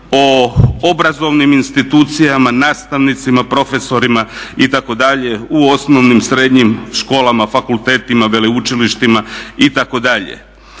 o obrazovnim institucijama, nastavnicima, profesorima itd., u osnovnim, srednjim školama, fakultetima, veleučilištima itd.